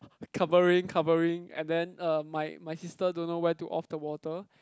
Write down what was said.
covering covering and then uh my my sister don't know where to off the water